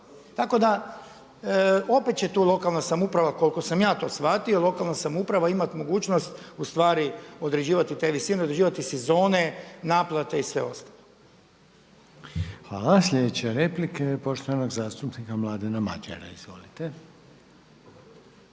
Tako da opet će tu lokalna samouprava koliko sam ja to shvatio, lokalna samouprava imat mogućnost u stvari određivat te visine, određivati sezone, naplate i sve ostalo. **Reiner, Željko (HDZ)** Hvala. Sljedeća replika je poštovanog zastupnika Mladena Madjera. Izvolite.